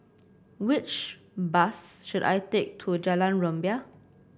which bus should I take to Jalan Rumbia